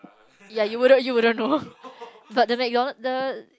ya you wouldn't you wouldn't know but the McDonald's the